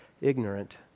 ignorant